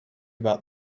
about